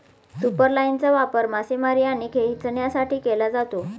सुपरलाइनचा वापर मासेमारी आणि खेचण्यासाठी केला जातो